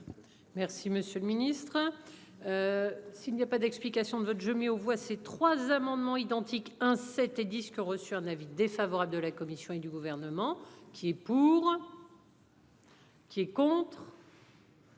Merci, monsieur le Ministre. S'il n'y a pas d'explication de vote je mets aux voix ces trois amendements identiques hein c'était disque reçu un avis défavorable de la Commission et du gouvernement. Qui est pour. Qui est contre.